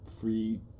free